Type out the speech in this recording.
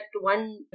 one